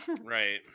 Right